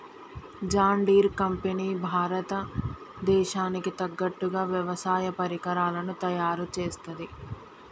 John Deere company భారత దేశానికి తగ్గట్టుగా వ్యవసాయ పరికరాలను తయారుచేస్తది